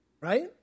Right